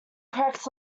correct